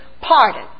pardon